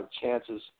chances